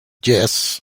yes